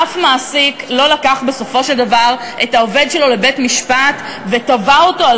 אף מעסיק לא לקח בסופו של דבר את העובד שלו לבית-משפט ותבע אותו על